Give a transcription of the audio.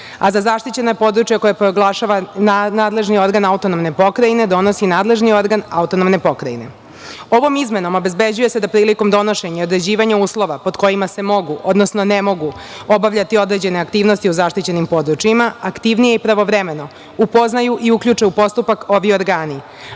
a za zaštićena područja koja proglašava nadležni organ autonomne pokrajine, donosi nadležni organ autonomne pokrajine. Ovom izmenom obezbeđuje se da prilikom donošenja i određivanja uslova pod kojima se mogu, odnosno ne mogu obavljati određene aktivnosti u zaštićenim područjima aktivnije i pravovremeno upoznaju i uključe u postupak ovi organi,